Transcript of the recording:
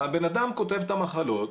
הבן אדם כותב את המחלות,